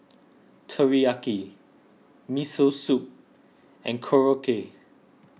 Teriyaki Miso Soup and Korokke